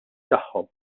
tagħhom